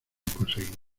conseguido